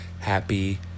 happy